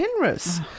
generous